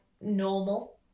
normal